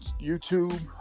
YouTube